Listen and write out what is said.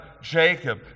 Jacob